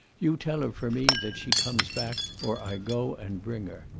you tell her for me that she comes back, or i go and bring her.